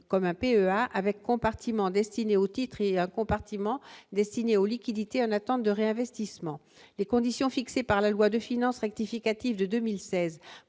comme un PEA avec compartiment destiné au titre et compartiments destinés aux liquidités en attente de réinvestissement les conditions fixées par la loi de finances rectificative de 2016